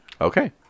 Okay